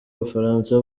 ubufaransa